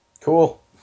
cool